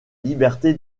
liberté